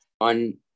On